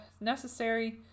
necessary